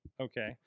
Okay